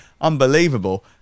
Unbelievable